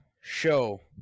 show